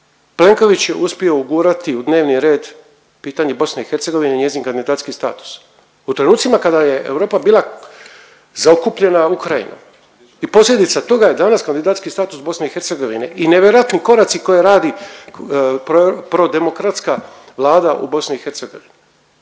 Plenković je uspio ugurati u dnevni red pitanje BiH i njezin kandidacijski status. U trenucima kada je Europa bila zaokupljena Ukrajinom i posljedica toga je danas kandidacijski status BiH i nevjerojatni koraci koje radi prodemokratska vlada u BiH, to